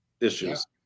issues